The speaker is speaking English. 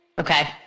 Okay